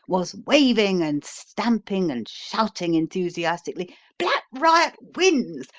was waving and stamping and shouting enthusiastically black riot wins!